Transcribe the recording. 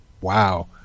Wow